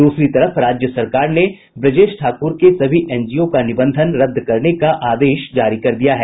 दूसरी तरफ राज्य सरकार ने ब्रजेश ठाक्र के सभी एनजीओ का निबंधन रद्द करने का आदेश जारी कर दिया है